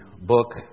book